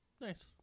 nice